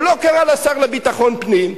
הוא לא קרא לשר לביטחון פנים,